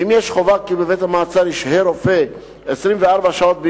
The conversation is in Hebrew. ואם חובה כי בבית-מעצר ישהה רופא 24 שעות ביממה,